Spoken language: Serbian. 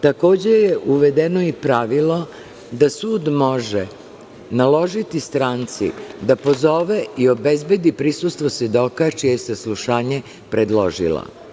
Takođe je uvedeno i pravilo da sud može naložiti stranci da pozove i obezbedi prisustvo svedoka, čije je saslušanje predložila.